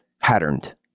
patterned